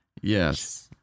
Yes